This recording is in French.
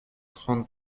trente